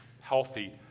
Healthy